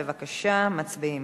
בבקשה, מצביעים.